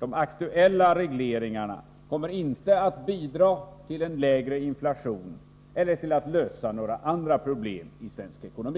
De aktuella regleringarna kommer inte att bidra till en lägre inflation eller till att lösa några andra problem i svensk ekonomi.